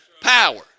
power